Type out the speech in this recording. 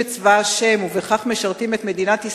את צבא השם ובכך משרתים את מדינת ישראל,